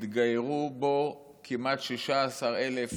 התגיירו בו כמעט 16,000